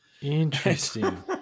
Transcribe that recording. Interesting